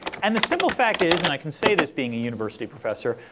and the simple fact is, and i can say this being a university professor,